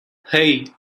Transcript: hey